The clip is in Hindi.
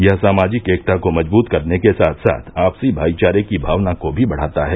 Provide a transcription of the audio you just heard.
यह सामाजिक एकता को मजबूत करने के साथ साथ आपसी भाईचारे की भावना को भी बढ़ाता है